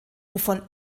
wovon